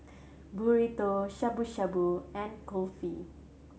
Burrito Shabu Shabu and Kulfi